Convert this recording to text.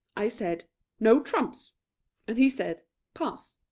i said no trumps and he said pass.